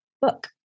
Book